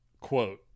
quote